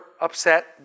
upset